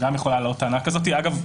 גם יכולה להעלות טענה כזאת אגב,